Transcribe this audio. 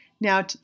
Now